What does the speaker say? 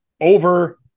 Over